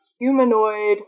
humanoid